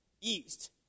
east